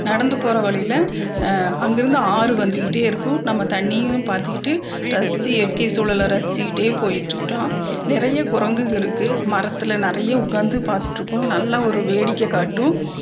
நடந்து போகிற வழியில் அங்கேயிருந்து ஆறு வந்துக்கிட்டே இருக்கும் நம்ம தண்ணியும் பார்த்துக்கிட்டு ரசிச்சு இயற்கை சூழலை ரசிச்சுக்கிட்டே போயிட்டிருக்கலாம் நிறைய குரங்குங்கள் இருக்குது மரத்தில் நிறைய உட்காந்து பார்த்துட்ருக்கும் நல்ல ஒரு வேடிக்கை காட்டும்